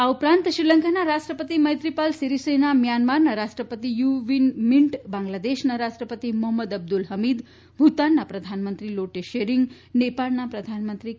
આ ઉપરાંત શ્રીલંકાના રાષ્ટ્રપતિ મૈત્રીપાલ સિરીસેના મ્યાનમારના રાષ્ટ્રપતિ યુ વિન મિંટ બાંગ્લાદેશના રાષ્ટ્રપતિ મોફમ્મદ અબ્દુલ ફમીદ ભુતાનના પ્રધાનમંત્રી લોટે શેરીંગ નેપાળના પ્રધાનમંત્રી કે